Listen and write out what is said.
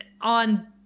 on